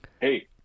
hey